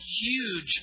huge